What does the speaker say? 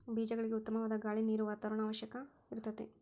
ಬೇಜಗಳಿಗೆ ಉತ್ತಮವಾದ ಗಾಳಿ ನೇರು ವಾತಾವರಣದ ಅವಶ್ಯಕತೆ ಇರತತಿ